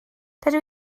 dydw